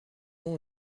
ont